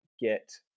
get